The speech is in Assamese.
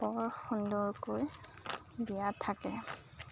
বৰ সুন্দৰকৈ দিয়া থাকে